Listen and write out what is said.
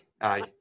aye